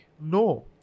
no